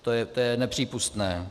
To je nepřípustné.